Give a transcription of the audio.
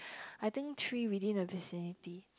I think three within the vicinity